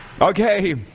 Okay